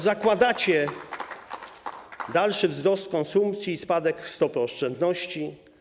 Zakładacie dalszy wzrost konsumpcji i spadek stopy oszczędności.